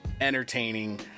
entertaining